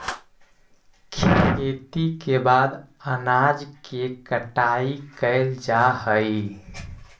खेती के बाद अनाज के कटाई कैल जा हइ